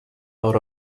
out